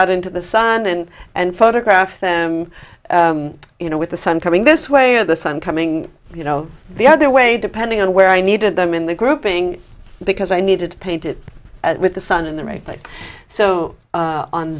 out into the sun and and photograph them you know with the sun coming this way or the sun coming you know the other way depending on where i needed them in the grouping because i needed to paint it with the sun in the right